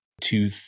two